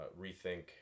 rethink